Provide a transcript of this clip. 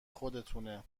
خودتونه